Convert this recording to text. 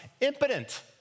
impotent